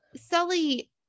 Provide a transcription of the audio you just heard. Sully